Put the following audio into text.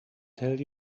tell